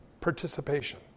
participation